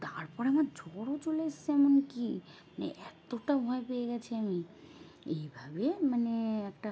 তারপর আমার জ্বরও চলে এসেছে এমনকি মানে এতটা ভয় পেয়ে গেছি আমি এইভাবে মানে একটা